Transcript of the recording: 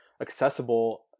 accessible